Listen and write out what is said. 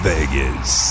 Vegas